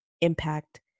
impact